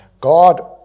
God